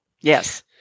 Yes